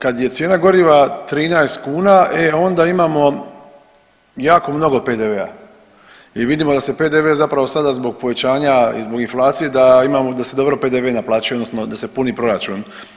Kad je cijena goriva 13 kuna, e onda imamo jako mnogo PDV-a i vidimo da se PDV zapravo sada zbog povećanja, zbog inflacije, da imamo, da se dobro PDV naplaćuje, odnosno da se puni proračun.